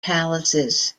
palaces